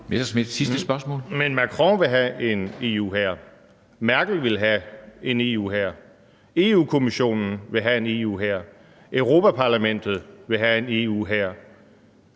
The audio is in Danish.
Men Macron vil have en EU-hær, Merkel ville have en EU-hær, Europa-Kommissionen vil have en EU-hær, Europa-Parlamentet vil have en EU-hær.